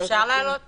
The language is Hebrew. אפשר לדעת